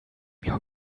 your